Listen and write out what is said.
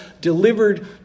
delivered